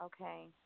Okay